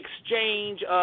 exchange